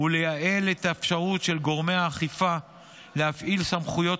ולייעל את האפשרות של גורמי האכיפה להפעיל סמכויות